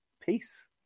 peace